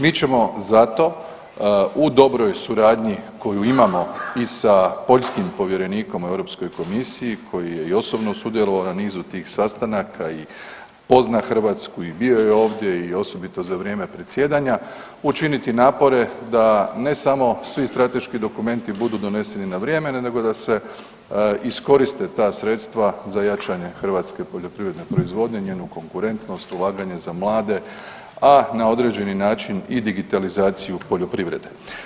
Mi ćemo zato u dobroj suradnji koju imamo i sa poljskim povjerenikom u EU komisiji koji je i osobno sudjelovao na nizu tih sastanaka i pozna Hrvatsku i bio je ovdje i osobito za vrijeme predsjedanja, učiniti napore da, ne samo svi strateški dokumenti budu doneseni na vrijeme, nego da se iskoriste ta sredstva za jačanje hrvatske poljoprivredne proizvodnje, njenu konkurentnost, ulaganje za mlade, a na određeni način i digitalizaciju poljoprivrede.